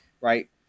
right